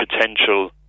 potential